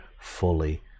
fully